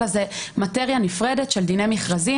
אלא זו מטריה נפרדת של דיני מכרזים